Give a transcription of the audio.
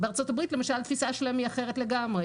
בארצות הברית, למשל, התפיסה שלהם אחרת לגמרי.